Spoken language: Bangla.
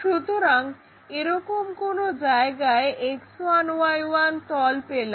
সুতরাং এরকম কোনো জায়গায় X1Y1 তল পেলাম